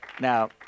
Now